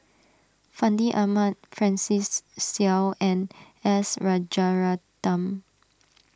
Fandi Ahmad Francis Seow and S Rajaratnam